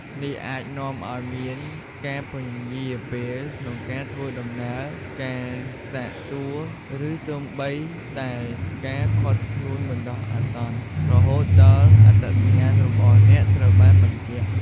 នេះអាចនាំឱ្យមានការពន្យារពេលក្នុងការធ្វើដំណើរ ការសាកសួរ ឬសូម្បីតែការឃាត់ខ្លួនបណ្ដោះអាសន្ន រហូតដល់អត្តសញ្ញាណរបស់អ្នកត្រូវបានបញ្ជាក់។